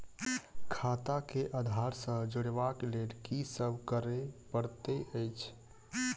खाता केँ आधार सँ जोड़ेबाक लेल की सब करै पड़तै अछि?